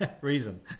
reason